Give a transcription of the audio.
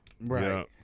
Right